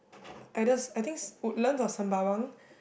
either se~ I think Woodlands or Sembawang